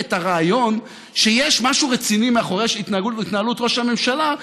את הרעיון שיש משהו רציני מאחורי התנהלות ראש הממשלה,